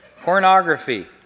pornography